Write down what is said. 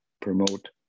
promote